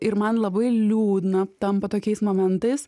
ir man labai liūdna tampa tokiais momentais